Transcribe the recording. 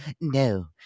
no